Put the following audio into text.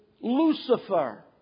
Lucifer